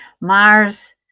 Mars